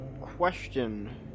Question